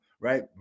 right